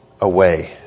away